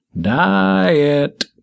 Diet